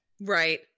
Right